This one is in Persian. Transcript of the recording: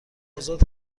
آزاد